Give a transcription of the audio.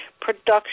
production